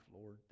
Lord